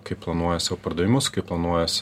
kaip planuoja savo pardavimus kaip planuojas